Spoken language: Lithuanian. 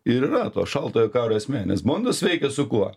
ir yra to šaltojo karo esmė nes bondas veikia su kuo